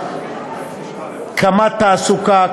13. קמ"ט תעסוקה.